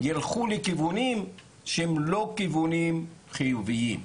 ילכו לכיוונים שהם לא כיוונים חיוביים,